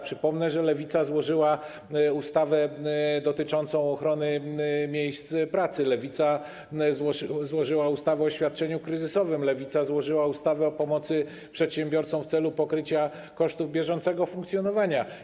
Przypomnę, że Lewica złożyła ustawę dotyczącą ochrony miejsc pracy, Lewica złożyła ustawę o świadczeniu kryzysowym, Lewica złożyła ustawę o pomocy przedsiębiorcom w celu pokrycia kosztów bieżącego funkcjonowania.